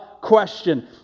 question